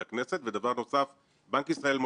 באמת זה מביך אפילו,